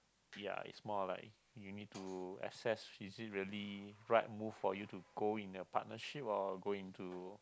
ya it's more like you need to assess is it really right move for you to go in a partnership or go into